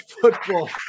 football